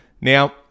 Now